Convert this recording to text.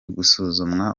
gusuzumwa